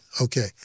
Okay